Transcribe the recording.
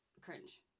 cringe